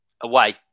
Away